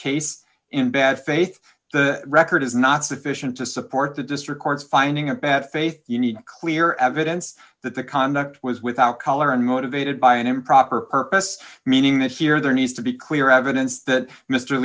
case in bad faith the record is not sufficient to support the district court's finding a bad faith you need clear evidence that the conduct was without color and motivated by an improper purpose meaning that here there needs to be clear evidence that mr